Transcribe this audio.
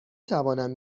توانم